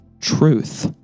truth